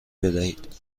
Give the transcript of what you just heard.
بدهید